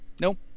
Nope